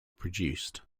produced